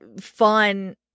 fun